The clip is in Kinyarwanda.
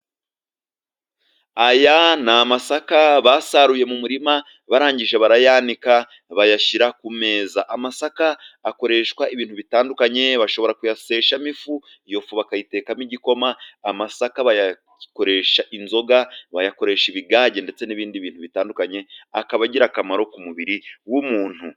Aya n'amasaka basaruye mu murima, barangije barayanika bayashyira ku meza, amasaka akoreshwa ibintu bitandukanye, bashobora kuyasheshamo ifu, iyo fu bakayitekamo igikoma, amasaka bayakoresha inzoga, bayakoresha ibigage, ndetse n'ibindi bintu bitandukanye, akaba agirakamaro ku mubiri w'umuntu.